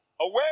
Away